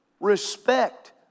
respect